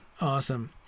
Awesome